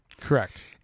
Correct